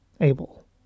able